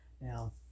Now